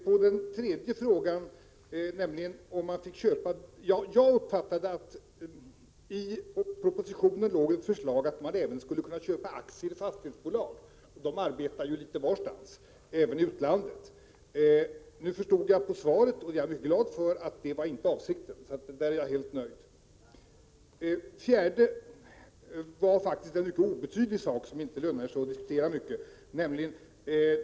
För det tredje: Jag uppfattade att det i propositionen låg ett förslag att fonderna även skulle kunna köpa aktier i fastighetsbolag, som ju arbetar litet varstans, även i utlandet. Nu förstod jag av svaret — och det är jag glad för — att detta inte var avsikten. På den här punkten är jag alltså helt nöjd. Det fjärde är en obetydlig sak som vi inte behöver diskutera så mycket.